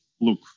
look